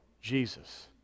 Jesus